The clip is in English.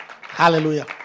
Hallelujah